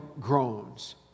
groans